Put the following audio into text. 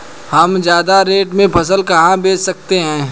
हम ज्यादा रेट में फसल कहाँ बेच सकते हैं?